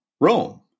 Rome